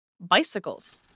bicycles